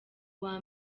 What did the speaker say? uwa